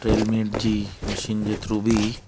treadmill जी machine जे through बि